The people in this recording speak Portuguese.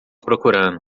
procurando